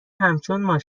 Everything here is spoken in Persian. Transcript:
همچون